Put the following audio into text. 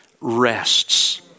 rests